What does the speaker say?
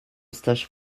stages